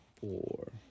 four